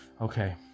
okay